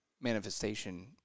manifestation